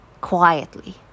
quietly